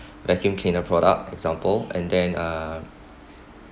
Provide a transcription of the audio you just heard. vacuum cleaner product example and then uh